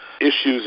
issues